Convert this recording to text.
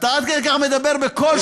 עד כדי כך אתה מדבר בקול,